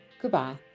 goodbye